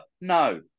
no